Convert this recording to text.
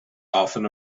often